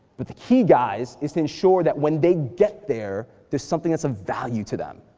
but the key, guys, is to ensure that when they get there there's something that's of value to them.